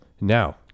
Now